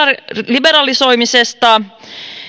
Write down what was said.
liberalisoimisesta